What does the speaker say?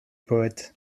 poète